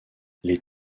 les